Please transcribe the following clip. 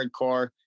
hardcore